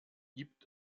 gibt